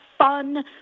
fun